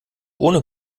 ohne